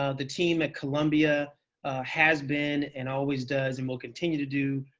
ah the team at columbia has been, and always does and will continue to do,